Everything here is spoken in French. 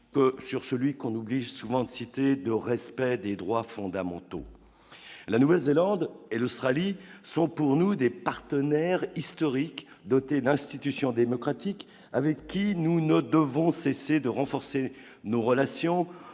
peu sur celui qu'on oublie souvent de sites de respect des droits fondamentaux, la Nouvelle-Zélande et l'Australie sont pour nous des partenaires historiques doté d'institutions démocratiques, avec qui nous ne devons cesser de renforcer nos relations